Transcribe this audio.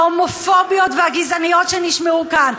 ההומופוביות והגזעניות שנשמעו כאן,